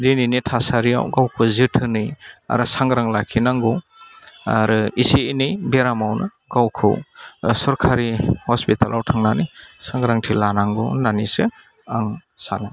दिनैनि थासारियाव गावखौ जोथोनै आरो सांग्रां लाखिनांगौ आरो एसे एनै बेरामावनो गावखौ सरकारि हस्पिटालाव थांनानै सांग्रांथि लानांगौ होन्नानैसो आं सानो